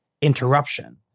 interruption